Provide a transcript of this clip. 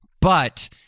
But-